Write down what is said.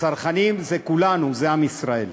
הצרכנים זה כולנו, זה עם ישראל.